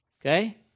Okay